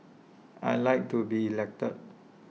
I Like to be elected